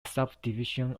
subdivision